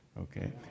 Okay